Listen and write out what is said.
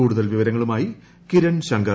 കൂടുതൽ വിവരങ്ങളുമായി കിരൺ ശുങ്ക്ർ